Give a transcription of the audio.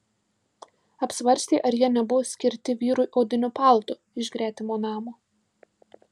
apsvarstė ar jie nebuvo skirti vyrui odiniu paltu iš gretimo namo